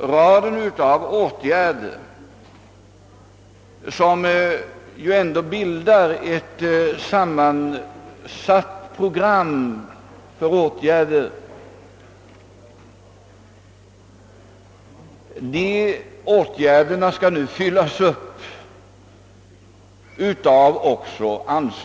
nu måste ge anslag till den rad av åtgärder som planerats och som bildar ett sammansatt program.